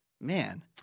man